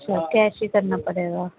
اچھا کیش ہی کرنا پڑے گا